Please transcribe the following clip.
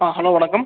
hello வணக்கம்